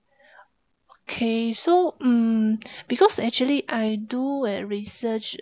okay so um because actually I do a research